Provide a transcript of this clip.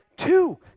two